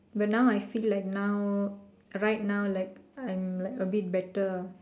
but now I feel like now right now like I'm like a bit better